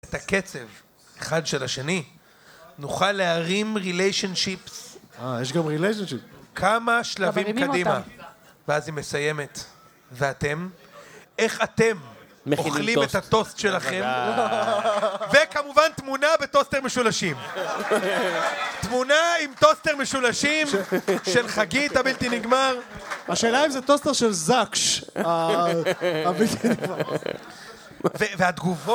את הקצב אחד של השני נוכל להרים relationships אה, יש גם relationships? כמה שלבים קדימה ואז היא מסיימת. ואתם? איך אתם אוכלים את הטוסט שלכם? וכמובן תמונה בטוסטר משולשים! תמונה עם טוסטר משולשים של חגית הבלתי נגמר, והשאלה היא אם זה טוסטר של זק"ש ה... הבלתי נגמר. והתגובות...